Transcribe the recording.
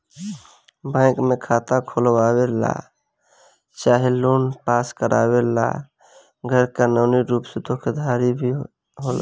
bank में खाता खोलवावे ला चाहे लोन पास करावे ला गैर कानूनी रुप से धोखाधड़ी होला